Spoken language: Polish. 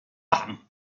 wam